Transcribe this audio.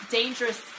dangerous